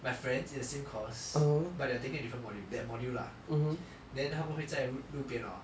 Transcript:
my friends in the same course but they're taking different module that module lah then 他们会在路边 hor